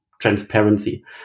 transparency